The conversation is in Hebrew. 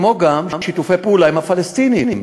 כמו גם שיתופי פעולה עם הפלסטינים.